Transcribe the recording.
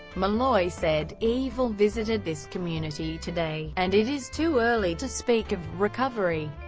malloy said, evil visited this community today, and it is too early to speak of recovery,